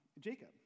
Jacob